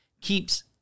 keeps